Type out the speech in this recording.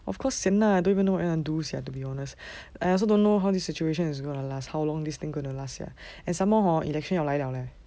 of course sian lah I don't even know what I wanna do sia to be honest I also don't know how the situation is gonna last how long this thing gonna last sia and some more hor election 要来 liao leh